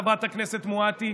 חברת הכנסת מואטי,